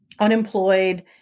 Unemployed